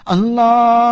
Allah